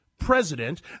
president